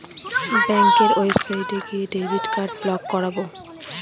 ব্যাঙ্কের ওয়েবসাইটে গিয়ে ডেবিট কার্ড ব্লক করাবো